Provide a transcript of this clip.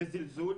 זה זלזול,